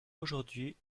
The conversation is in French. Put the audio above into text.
aujourd’hui